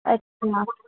अच्छा